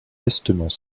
lestement